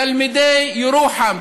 תלמידי ירוחם,